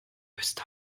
müsste